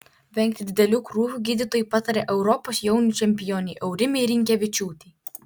vengti didelių krūvių gydytojai patarė europos jaunių čempionei aurimei rinkevičiūtei